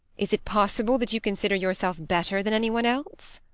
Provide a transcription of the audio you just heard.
is it possible that you consider yourself better than any one else?